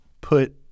put